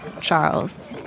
Charles